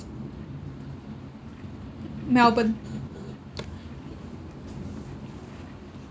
melbourne